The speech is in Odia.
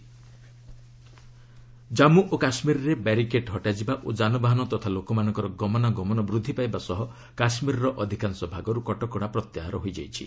ଜେକେ ସିଚ୍ରଏସନ୍ ଜାମ୍ମୁ ଓ କାଶ୍ମୀରରେ ବ୍ୟାରିକେଟ୍ ହଟାଯିବା ଓ ଯାନବାହନ ତଥା ଲୋକମାନଙ୍କର ଗମନାଗମନ ବୃଦ୍ଧି ପାଇବା ସହ କଶ୍ମୀରର ଅଧିକାଂଶ ଭାଗରୁ କଟକଣା ପ୍ରତ୍ୟାହାର ହୋଇଛି